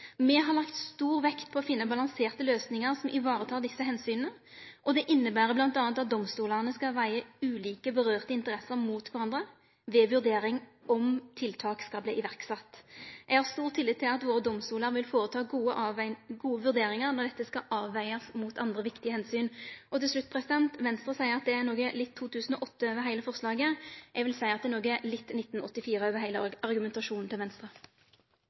Me har lagt stor vekt på å finne balanserte løysingar som varetek desse omsyna, og det inneber mellom anna at domstolane skal vege ulike interesser det vedkjem mot kvarandre ved vurdering om tiltak skal setjast i verk. Eg har stor tillit til at våre domstolar vil føreta gode vurderingar når dette skal avvegast mot andre viktige omsyn. Til slutt: Venstre seier det er noko litt 2008 over heile forslaget. Eg vil seie at det er noko litt 1984 over heile argumentasjonen til Venstre.